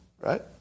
right